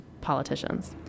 politicians